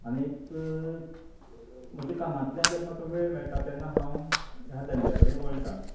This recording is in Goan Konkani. आनीक म्हज्या कामांतल्यान जेन्ना म्हाका वेळ मेळटा तेन्ना ह्या धंद्या कडेन वळटा